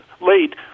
late